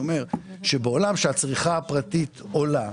עולם שבו הצריכה הפרטית עולה